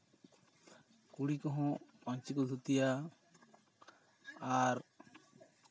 ᱠᱩᱲᱤ ᱠᱚᱦᱚᱸ ᱯᱟᱹᱧᱪᱤ ᱠᱚ ᱫᱷᱩᱛᱤᱭᱟ ᱟᱨ